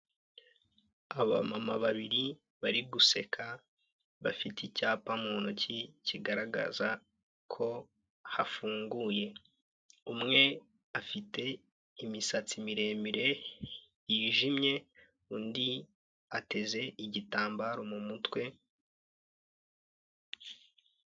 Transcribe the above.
Abamama babiri bari guseka bafite icyapa mu ntoki kigaragaza ko hafunguye, umwe afite imisatsi miremire yijimye, undi ateze igitambaro mu mutwe...